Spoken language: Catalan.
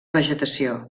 vegetació